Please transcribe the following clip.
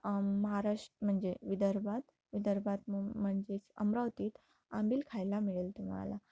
महाराष्ट्र म्हणजे विदर्भात विदर्भात मु म्हणजेच अमरावतीत आंबील खायला मिळेल तुम्हाला